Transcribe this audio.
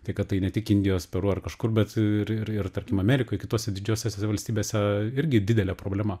tai kad tai ne tik indijos peru ar kažkur bet ir ir tarkim amerikoj kitose didžiosiose valstybėse irgi didelė problema